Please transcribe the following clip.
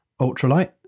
ultralight